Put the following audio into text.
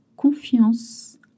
confiance